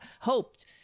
hoped